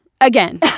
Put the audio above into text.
again